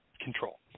control